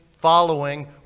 following